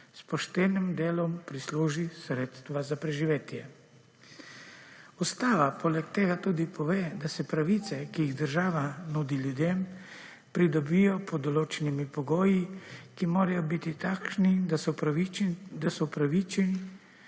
s poštenim delom prisluži sredstva za preživetje. Ustava poleg tega tudi pove, da se pravice, ki jih država nudi ljudem, pridobijo pod določenimi pogoji, ki morajo biti takšni, da se upraviči